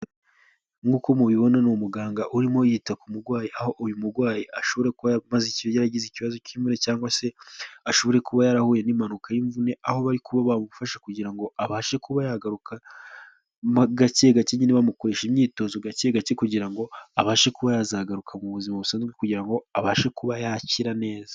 Nk'uko mubibona ni umuganga urimo yita ku murwayi aho uyu murwayi ashobora kuba yaragize ikibazo k'imvune, cyangwa se ashobore kuba yarahuye n'impanuka y'imvune, aho bari kuba bamumufashe kugira ngo abashe kuba yagaruka mo gakegake, nyine bamukoresha imyitozo gake gake kugira ngo abashe kuba yazagaruka mu buzima busanzwe, kugira ngo abashe kuba yakira neza.